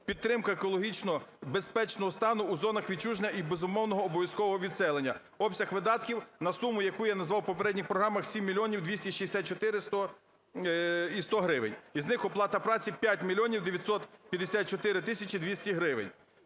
"підтримка екологічного безпечного стану у зонах відчуження і безумовного обов'язкового відселення". Обсяг видатків на суму, яку я назвав у попередніх програмах, 7 мільйонів 264 і 100 гривень. Із них оплата праці – 5 мільйонів 954 тисячі 200 гривень.